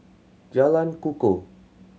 Jalan Kukoh